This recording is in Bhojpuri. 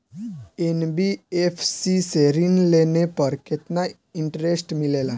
एन.बी.एफ.सी से ऋण लेने पर केतना इंटरेस्ट मिलेला?